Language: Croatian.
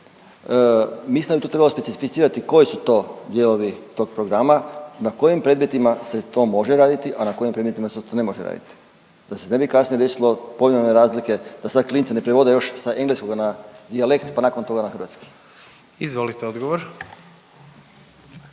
Mislim da bi tu trebalo specificirati koji su to dijelovi tog programa, na kojim predmetima se to može raditi, a na kojim predmetima se to ne može raditi da se ne bi kasnije desilo, .../Govornik se ne razumije./... razlike, da sad klinci ne prevode još sa engleskoga na dijalekt pa nakon toga na hrvatski. **Jandroković,